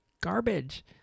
garbage